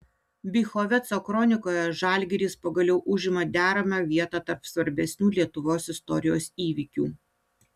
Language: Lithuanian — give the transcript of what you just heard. bychoveco kronikoje žalgiris pagaliau užima deramą vietą tarp svarbesnių lietuvos istorijos įvykių